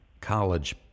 college